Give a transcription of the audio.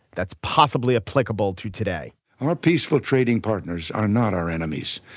that's possibly applicable to today our peaceful trading partners are not our enemies.